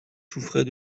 souffrait